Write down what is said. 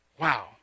Wow